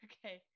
Okay